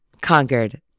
conquered